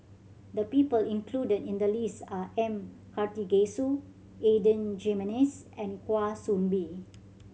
the people included in the list are M Karthigesu Adan Jimenez and Kwa Soon Bee